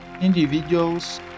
individuals